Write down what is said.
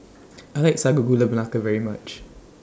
I like Sago Gula Melaka very much